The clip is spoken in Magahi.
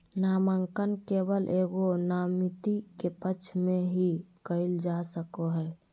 नामांकन केवल एगो नामिती के पक्ष में ही कइल जा सको हइ